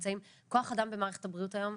כוח אדם במערכת הבריאות היום,